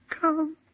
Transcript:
come